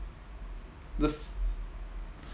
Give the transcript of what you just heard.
the